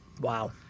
Wow